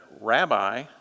rabbi